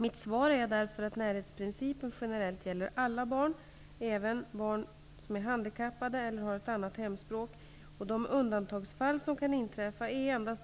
Mitt svar är därför att närhetsprincipen generellt gäller alla barn, även t.ex. handikappade och barn med annat hemspråk. De undantagsfall som kan inträffa är endast